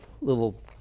little